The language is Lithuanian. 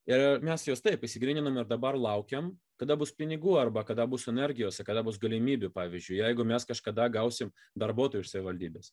ir mes juos taip išsigryninom ir dabar laukiam kada bus pinigų arba kada bus energijos kada bus galimybių pavyzdžiui jeigu mes kažkada gausim darbuotojų iš savivaldybės